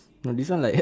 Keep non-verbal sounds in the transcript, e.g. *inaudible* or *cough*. no this one like *noise*